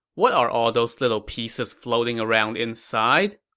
what are all those little pieces floating around inside?